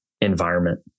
environment